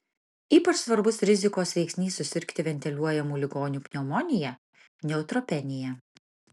ypač svarbus rizikos veiksnys susirgti ventiliuojamų ligonių pneumonija neutropenija